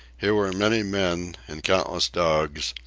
here were many men, and countless dogs,